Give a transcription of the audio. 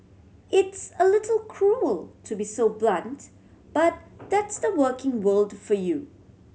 it's a little cruel to be so blunt but that's the working world for you